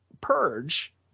Purge